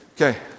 Okay